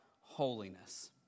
holiness